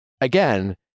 again